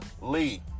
Lee